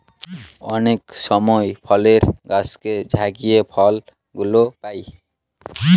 অনেক সময় ফলের গাছকে ঝাকিয়ে ফল গুলো পাই